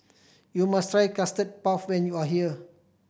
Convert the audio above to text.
you must try Custard Puff when you are here